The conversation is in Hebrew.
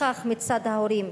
לכך מצד ההורים,